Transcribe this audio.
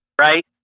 right